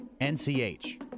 N-C-H